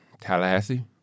Tallahassee